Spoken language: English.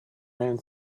man